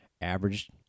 averaged